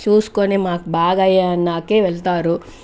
చూసుకుని మాకు బాగయినాకే వెళ్తారు